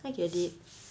I get it